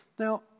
Now